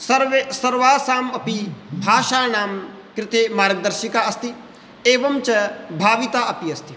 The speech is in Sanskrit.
सर्वे सर्वासामपि भाषाणां कृते मार्गदर्शिका अस्ति एवञ्च भाविता अपि अस्ति